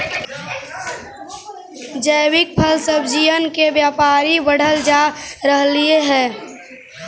जैविक फल सब्जियन के व्यापार बढ़ल जा रहलई हे